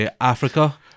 Africa